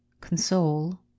console